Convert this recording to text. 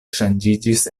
ŝanĝiĝis